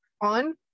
on